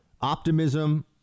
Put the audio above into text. optimism